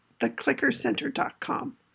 theclickercenter.com